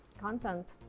content